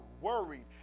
worried